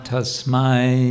Tasmai